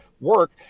work